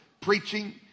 preaching